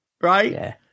right